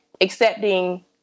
accepting